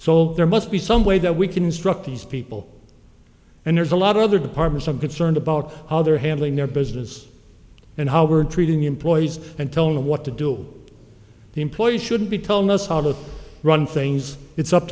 so there must be some way that we construct these people and there's a lot of other departments i'm concerned about how they're handling their business and how we're treating employees and telling them what to do the employees shouldn't be telling us how to run things it's up